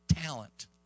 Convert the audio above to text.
talent